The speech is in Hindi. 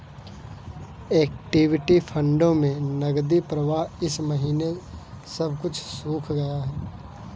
इक्विटी फंडों में नकदी प्रवाह इस महीने सब कुछ सूख गया है